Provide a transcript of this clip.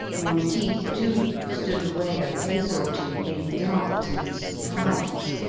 monteith, too, stood away a pace or two, in doubt and surprise,